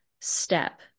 step